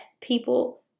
people